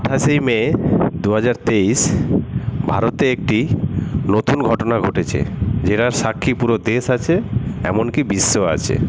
আঠাশে মে দুহাজার তেইশ ভারতে একটি নতুন ঘটনা ঘটেছে যেটার সাক্ষী পুরো দেশ আছে এমনকি বিশ্বও আছে